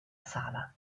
sala